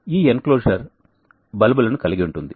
ఈ ఎన్క్లోజర్ బల్బులను కలిగి ఉంటుంది